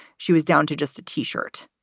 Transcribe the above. she was down to just a t-shirt.